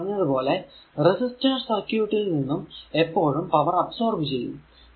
ഞാൻ പറഞ്ഞത് പോലെ റെസിസ്റ്റർ സർക്യൂട്ടിൽ നിന്നും എപ്പോഴും പവർ അബ്സോർബ് ചെയ്യും